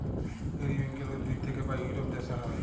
periwinkle উদ্ভিদ থাক্যে পায় ইউরোপ দ্যাশে হ্যয়